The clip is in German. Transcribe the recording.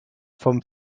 vom